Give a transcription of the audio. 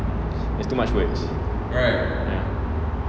is too much words ya